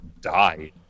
died